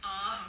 oh